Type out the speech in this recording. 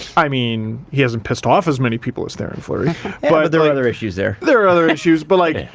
i mean he hasn't pissed off as many people as theoren fleury but there are other issues there. there are other issues, but like,